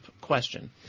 question